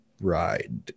ride